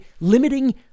limiting